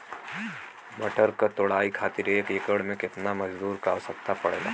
मटर क तोड़ाई खातीर एक एकड़ में कितना मजदूर क आवश्यकता पड़ेला?